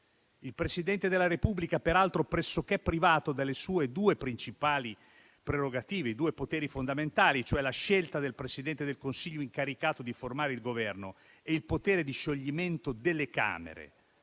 Il Presidente della Repubblica viene peraltro pressoché privato delle sue due principali prerogative, dei due poteri fondamentali, cioè la scelta del Presidente del Consiglio incaricato di formare il Governo e il potere di scioglimento delle Camere,